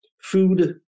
food